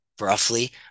roughly